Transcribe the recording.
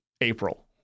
April